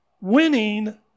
Winning